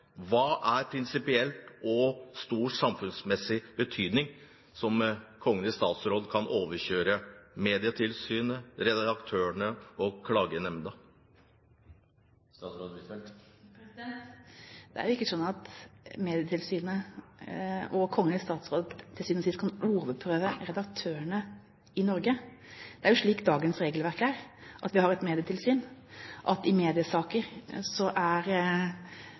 Hva er av prinsipiell og stor samfunnsmessig betydning, der Kongen i statsråd kan overkjøre Medietilsynet, redaktørene og klagenemnda? Det er jo ikke sånn at Medietilsynet og Kongen i statsråd til syvende og sist kan overprøve redaktørene i Norge. I dagens regelverk har vi et medietilsyn, og i mediesaker er Kongen i statsråd klageinstans, men det er jo ikke slik at vi i